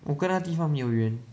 我跟那地方没有缘